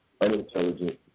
unintelligent